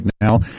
now